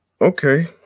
Okay